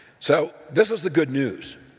so this is the good news.